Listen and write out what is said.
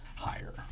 Higher